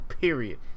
Period